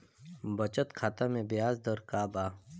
बचत खाता मे ब्याज दर का बा?